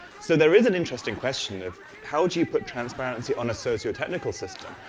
so there is an interesting question of how do you put transparency on a sociotechnical system?